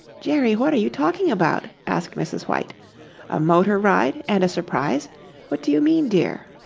jerry, what are you talking about? asked mrs. white a motor ride and a surprise what do you mean, dear?